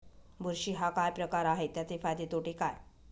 बुरशी हा काय प्रकार आहे, त्याचे फायदे तोटे काय?